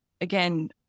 again